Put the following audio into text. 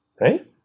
right